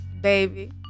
baby